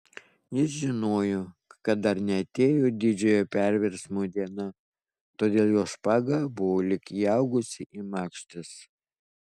jis žinojo kad dar neatėjo didžiojo perversmo diena todėl jo špaga buvo lyg įaugusi į makštis